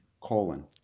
colon